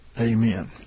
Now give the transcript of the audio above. Amen